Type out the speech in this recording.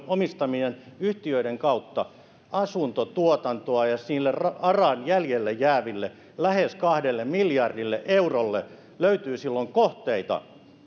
omistamien yhtiöiden kautta asuntotuotantoa ja aran jäljelle jääville lähes kahdelle miljardille eurolle löytyy silloin kohteita